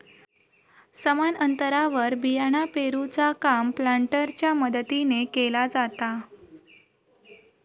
समान अंतरावर बियाणा पेरूचा काम प्लांटरच्या मदतीने केला जाता